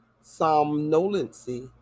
somnolency